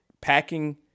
Packing